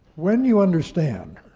when you understand